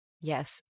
Yes